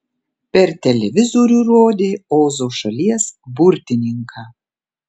per televizorių rodė ozo šalies burtininką